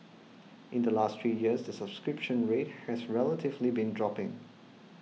in the last three years the subscription rate has relatively been dropping